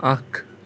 اکھ